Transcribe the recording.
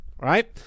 Right